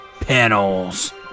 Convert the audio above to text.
panels